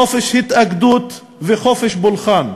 חופש התאגדות וחופש פולחן.